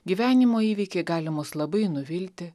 gyvenimo įvykiai galimos labai nuvilti